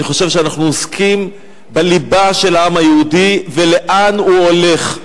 אני חושב שאנחנו עוסקים בליבה של העם היהודי ולאן הוא הולך.